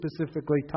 specifically